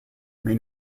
may